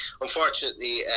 unfortunately